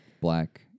Black